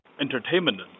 entertainment